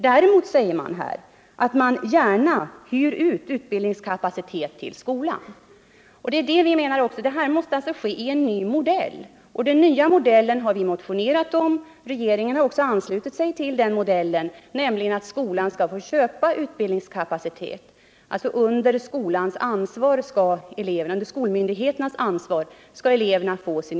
Däremot, säger man vidare, hyr man gärna ut utbildningskapacitet till skolan. Vi menar alltså att den här verksamheten måste ske i en ny modell. Och detta har vi motionerat om. Regeringen har också anslutit sig till den modellen, nämligen att skolan skall köpa utbildningskapacitet av företagen. Eleverna skall alltså under skolmyndigheternas ansvar få utbildning i företagen.